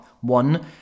One